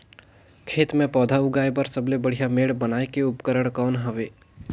खेत मे पौधा उगाया बर सबले बढ़िया मेड़ बनाय के उपकरण कौन हवे?